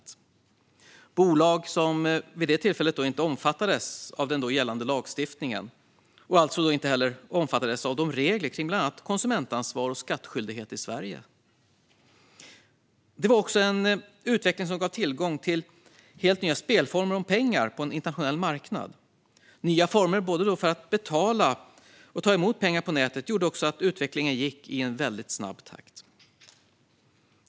Det var bolag som vid det tillfället inte omfattades av den gällande lagstiftningen och alltså inte heller omfattades av regler kring bland annat konsumentansvar och skattskyldighet i Sverige. Det var också en utveckling som gav tillgång till helt nya spelformer om pengar på en internationell marknad. Nya former både för att betala och för att ta emot pengar på nätet gjorde också att utvecklingen gick i väldigt snabb takt.